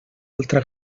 altra